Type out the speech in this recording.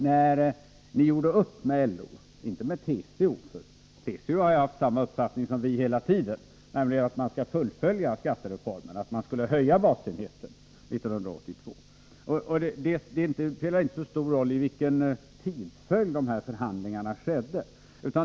Då gjorde ni upp med LO, inte med TCO. TCO har ju haft samma uppfattning som vi hela tiden, nämligen att man skulle fullfölja skattereformen och höja basenheten 1982. Det spelar inte så stor roll i vilken tidsföljd de här förhandlingarna ägde rum.